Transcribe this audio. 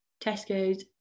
Tesco's